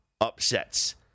upsets